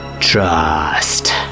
Trust